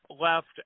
left